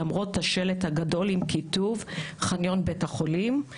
למרות השלט הגדול עם כיתוב: חניון בית החולים.